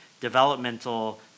developmental